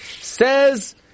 Says